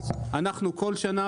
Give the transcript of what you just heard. אנחנו כל שנה